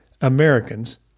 Americans